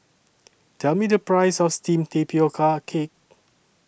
Tell Me The Price of Steamed Tapioca Cake